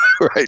Right